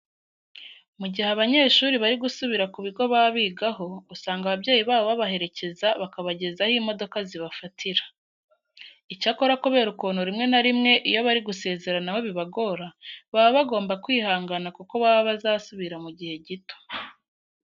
Mu gihe abanyeshuri bari gusubira ku bigo baba bigaho, usanga ababyeyi babo babaherekeza bakabageza aho imodoka zibafatira. Icyakora kubera ukuntu rimwe na rimwe iyo bari gusezeranaho bibagora, baba bagomba kwihangana kuko baba bazasubira mu gihe gito.